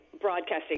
broadcasting